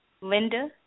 Linda